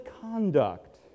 conduct